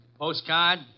Postcard